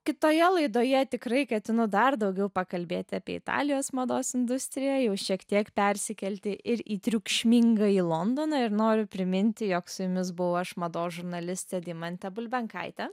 kitoje laidoje tikrai ketinu dar daugiau pakalbėti apie italijos mados industriją jau šiek tiek persikelti ir į triukšmingąjį londoną ir noriu priminti jog su jumis buvau aš mados žurnalistė deimantė bulbenkaitė